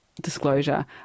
disclosure